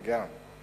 גם.